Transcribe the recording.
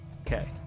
Okay